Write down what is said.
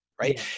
right